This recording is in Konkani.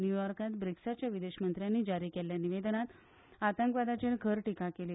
न्यूयॉर्कांत ब्रीक्साच्या विदेश मंत्र्यांनी जारी केल्ल्या निवेदनांत आतंकवादाचेर खर टिका केली